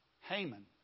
Haman